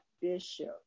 bishop